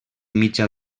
mitja